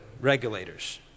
regulators